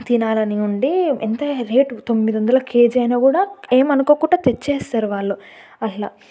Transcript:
తినాలని ఉండి ఎంత రేటు తొమ్మిది వందలు కేజీ అయినా కూడా ఏమనుకోకుండా తెచ్చేస్తారు వాళ్ళు అట్ల